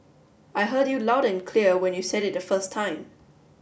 I heard you loud and clear when you said it the first time